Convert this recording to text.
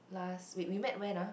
last week we met when ah